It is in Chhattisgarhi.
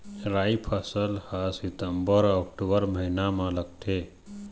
राई फसल हा सितंबर अऊ अक्टूबर महीना मा लगथे